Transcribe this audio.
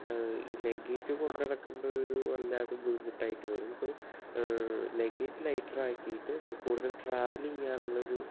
അത് ഈ ലഗ്ഗേജ് കൊണ്ടു നടക്കുന്നതൊരു വല്ലാതെ ബുദ്ധിമുട്ടായിട്ട് വരും സോ ലഗ്ഗേജ് ലൈറ്ററാക്കിയിട്ട് നമുക്ക് കൂടുതല് ട്രാവല് ചെയ്യാനുള്ളൊരു